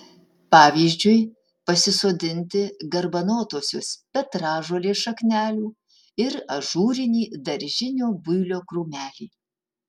pavyzdžiui pasisodinti garbanotosios petražolės šaknelių ir ažūrinį daržinio builio krūmelį